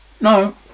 No